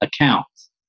accounts